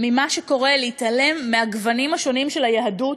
ממה שקורה, להתעלם מהגוונים השונים של היהדות,